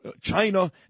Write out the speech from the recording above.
China